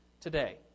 today